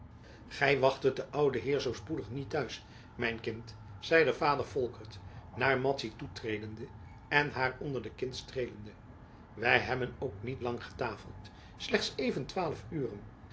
gij wachttet den ouden heer zoo spoedig niet te huis mijn kind zeide vader volkert naar madzy toetredende en haar onder de kin streelende wij hebben ook niet lang getafeld slechts even twaalf uren